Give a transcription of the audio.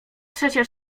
trzecia